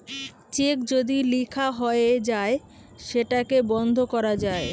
check যদি লিখা হয়ে যায় সেটাকে বন্ধ করা যায়